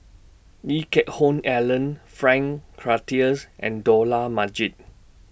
Lee Geck Hoon Ellen Frank Cloutier's and Dollah Majid